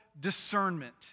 discernment